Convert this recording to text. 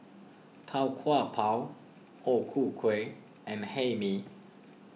Tau Kwa Pau O Ku Kueh and Hae Mee